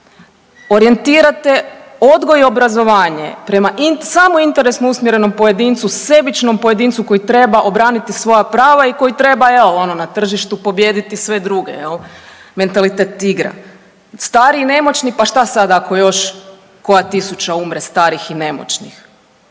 Orijentirate odgoj i obrazovanje prema samointeresno usmjerenom pojedincu sebičnom pojedincu koji treba obraniti svoja prava i koji treba jel ono na tržištu pobijediti sve druge jel, mentalitet igra. Stari i nemoćni pa šta sad ako još koja tisuća umre starih i nemoćnih,